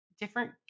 different